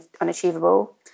unachievable